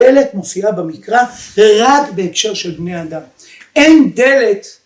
דלת מופיעה במקרא ורק בהקשר של בני אדם. אין דלת.